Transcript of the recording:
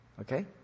Okay